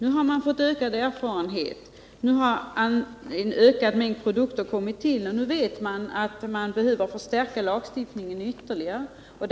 Man har nu fått vidgade erfarenheter, och en ökad mängd produkter har kommit till, och man är helt på det klara med att lagstiftningen behöver stärkas ytterligare.